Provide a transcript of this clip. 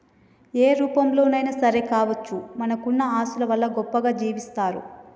ఏ రూపంలోనైనా సరే కావచ్చు మనకున్న ఆస్తుల వల్ల గొప్పగా జీవిస్తరు